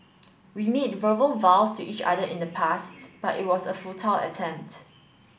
we made verbal vows to each other in the past but it was a futile attempt